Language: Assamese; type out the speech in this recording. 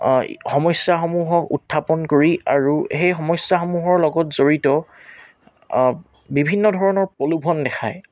সমস্যাসমূহক উত্থাপন কৰি আৰু সেই সমস্যাসমূহৰ লগত জড়িত বিভিন্ন ধৰণৰ প্ৰলোভন দেখায়